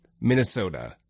Minnesota